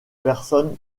personnes